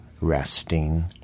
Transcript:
resting